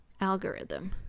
algorithm